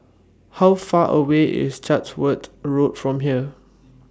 How Far away IS Chatsworth Road from here